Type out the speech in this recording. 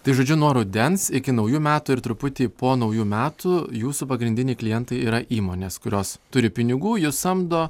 tai žodžiu nuo rudens iki naujų metų ir truputį po naujų metų jūsų pagrindiniai klientai yra įmonės kurios turi pinigų jus samdo